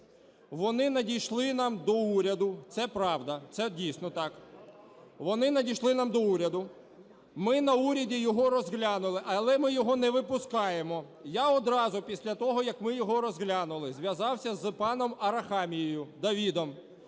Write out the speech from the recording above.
Вони надійшли нам до уряду, це правда, це дійсно так, вони надійшли нам до уряду. Ми на уряді його розглянули, але ми його не випускаємо. Я одразу після того, як ми його розглянули, зв'язався з паном Арахамією Давидом,